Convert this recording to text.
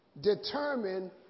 determine